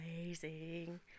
amazing